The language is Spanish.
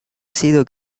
sido